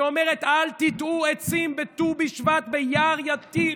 שאומרת: אל תיטעו עצים בט"ו בשבט ביער יתיר?